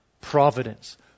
Providence